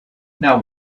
now